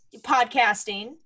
podcasting